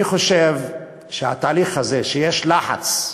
אני חושב שהתהליך הזה, שיש לחץ,